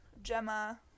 Gemma